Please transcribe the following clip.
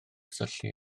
syllu